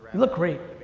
look great.